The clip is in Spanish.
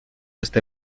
este